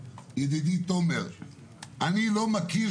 הדבר הזה היה אלטרנטיבה לאלה שלא רוצים כשרות,